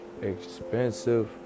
expensive